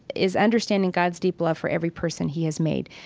is understanding god's deep love for every person he has made.